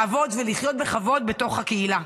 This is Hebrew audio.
לעבוד ולחיות בכבוד בתוך הקהילה.